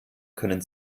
können